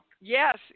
Yes